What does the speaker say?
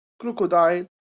Crocodile